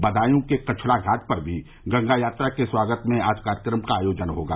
बदायू के कछला घाट पर भी गंगा यात्रा के स्वागत में आज कार्यक्रम का आयोजन होगा